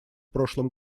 прошлом